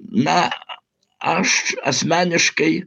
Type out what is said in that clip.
na aš asmeniškai